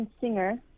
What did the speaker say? singer